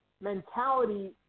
Mentality